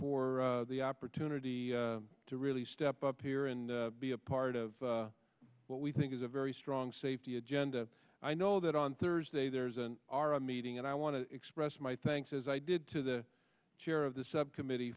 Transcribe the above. for the opportunity to really step up here and be a part of what we think is a very strong safety agenda i know that on thursday there is an r a meeting and i want to express my thanks as i did to the chair of the subcommittee